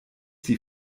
die